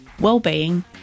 well-being